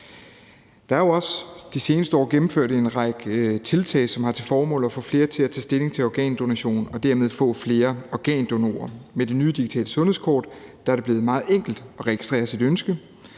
Der er også de seneste år gennemført en række tiltag, som har til formål at få flere til at tage stilling til organdonation og dermed få flere organdonorer. Med det nye digitale sundhedskort er det blevet meget enkelt at registrere sit ønske.